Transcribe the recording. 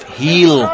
heal